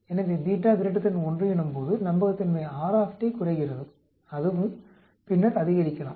எனவே 1 எனும்போது நம்பகத்தன்மை R குறைகிறது பின்னர் அதுவும் அதிகரிக்கலாம்